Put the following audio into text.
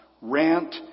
rant